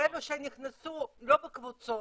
אלה שנכנסו לא בקבוצות,